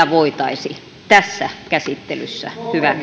voitaisiin tässä käsittelyssä